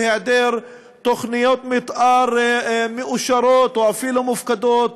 בהיעדר תוכניות מתאר מאושרות או אפילו מופקדות,